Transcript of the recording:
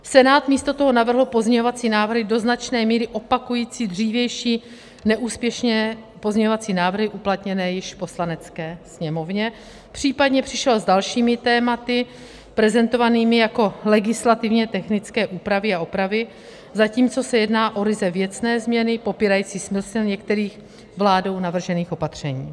Senát místo toho navrhl pozměňovací návrhy do značné míry opakující dřívější neúspěšné pozměňovací návrhy uplatněné již v Poslanecké sněmovně, případně přišel s dalšími tématy prezentovanými jako legislativně technické úpravy a opravy, zatímco se jedná o ryze věcné změny popírající smysl některých vládou navržených opatření.